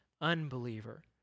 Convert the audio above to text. unbeliever